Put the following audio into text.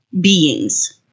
beings